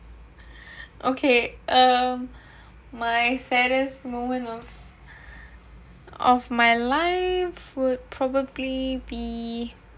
okay um my saddest moment of of my life would probably be